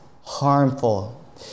harmful